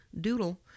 doodle